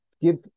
give